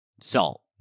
salt